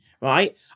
right